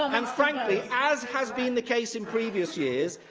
am frankly, as has been the case in previous years,